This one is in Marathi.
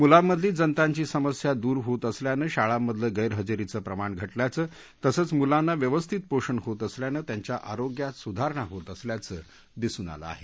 मुलांमधली जंतांची समस्या दूर होत असल्यानं शाळांमधलं गैरहजेरीचं प्रमाण घटल्याचं तसंच मुलांना व्यवस्थित पोषण होत असल्यानं त्यांच्या आरोग्यात सुधारणा होत असल्याचं दिसून आलं आहे